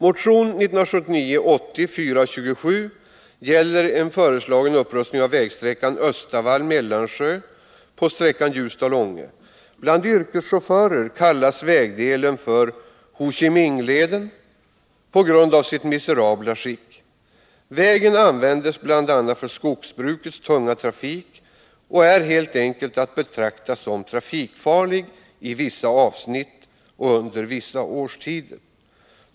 Motion 1979/80:427 gäller en föreslagen upprustning av vägsträckan Östavall-Mellansjö på sträckan Ljusdal-Ånge. Bland yrkeschaufförer kallas vägdelen för Ho Chi-Minh-leden på grund av sitt miserabla skick. Vägen används bl.a. för skogsbrukets tunga trafik och är helt enkelt att betrakta som trafikfarlig i vissa avsnitt och under vissa årstider.